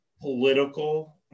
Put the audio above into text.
political